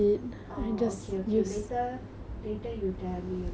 orh okay okay later later you tell me okay